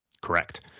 Correct